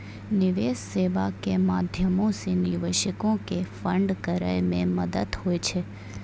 निवेश सेबा के माध्यमो से निवेशको के फंड करै मे मदत होय छै